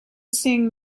seeing